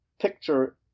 picture